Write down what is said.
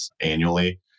annually